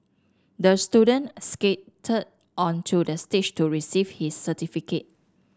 the student skated onto the stage to receive his certificate